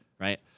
right